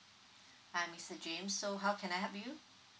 hi mister james so how can I help you